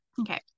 Okay